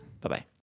Bye-bye